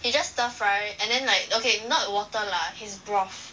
he just stir fry and then like okay not water lah his broth